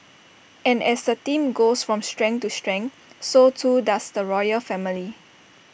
and as the team goes from strength to strength so too does the royal family